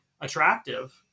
attractive